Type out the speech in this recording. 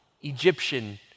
Egyptian